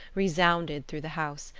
resounded through the house,